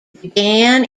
began